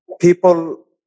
people